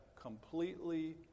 completely